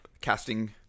casting